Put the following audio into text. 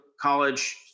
college